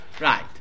Right